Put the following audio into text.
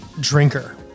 drinker